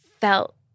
felt